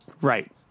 right